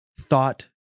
thought